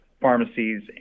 pharmacies